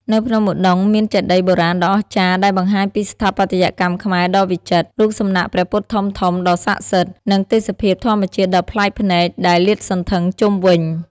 នៅភ្នំឧដុង្គ មានចេតិយបុរាណដ៏អស្ចារ្យដែលបង្ហាញពីស្ថាបត្យកម្មខ្មែរដ៏វិចិត្រ រូបសំណាកព្រះពុទ្ធធំៗដ៏ស័ក្តិសិទ្ធិ និងទេសភាពធម្មជាតិដ៏ប្លែកភ្នែកដែលលាតសន្ធឹងជុំវិញ។